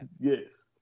Yes